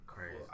Crazy